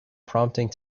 prompting